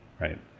right